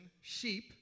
sheep